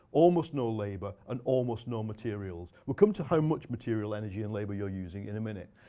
almost no labor, and almost no materials. we'll come to how much material, energy, and labor you're using in a minute.